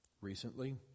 recently